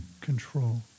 control